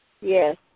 Yes